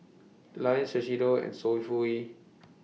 Lion Shiseido and Sofy E